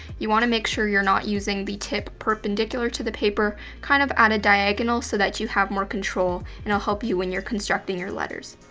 you wanna make sure you're not using the tip perpendicular to the paper, kind of at a diagonal so that you have more control, and i'll help you when you're constructing your letters.